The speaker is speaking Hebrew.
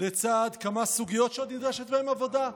לצד כמה סוגיות שעוד נדרשת בהן עבודה.